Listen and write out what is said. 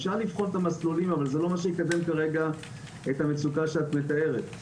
אפשר לבחור את המסלולים אבל זה לא מה שיקדם כרגע את המצוקה שאת מתארת.